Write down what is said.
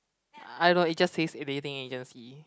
I don't know it just says a dating agency